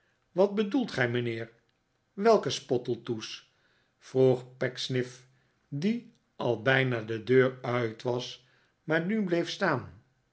wat bedoelt gij mijnheer welke spottletoe's vroeg pecksniff die al bijna de deur uit was maar nu bleef staan